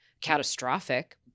catastrophic